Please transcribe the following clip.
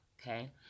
okay